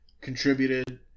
contributed